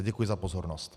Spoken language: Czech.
Děkuji za pozornost.